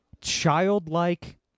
childlike